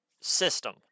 system